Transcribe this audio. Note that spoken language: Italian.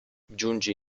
giunge